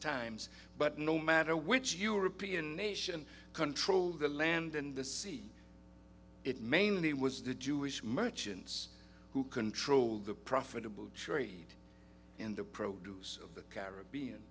times but no matter which european nation controlled the land and the sea it mainly was the jewish merchants who controlled the profitable trade in the produce of the caribbean